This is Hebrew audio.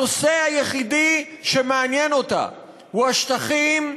הנושא היחידי שמעניין אותה הוא השטחים.